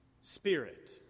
Spirit